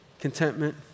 Contentment